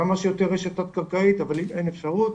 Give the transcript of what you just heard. כמה שיותר רשתות קרקעית, אבל אם אין אפשרות